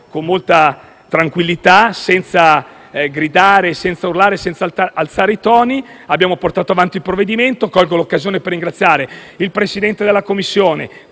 con molta tranquillità, senza gridare, urlare e alzare i toni, abbiamo portato avanti il provvedimento. Colgo l'occasione per ringraziare il Presidente della Commissione,